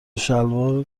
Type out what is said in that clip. شلوار